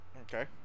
Okay